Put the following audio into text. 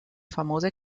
famose